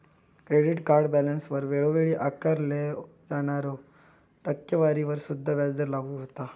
credit card बॅलन्सवर वेळोवेळी आकारल्यो जाणाऱ्या टक्केवारीवर सुद्धा व्याजदर लागू होता